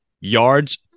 yards